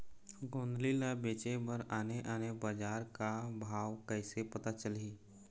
गोंदली ला बेचे बर आने आने बजार का भाव कइसे पता चलही?